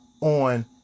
on